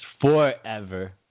forever